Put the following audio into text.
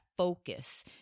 Focus